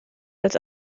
als